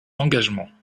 engagements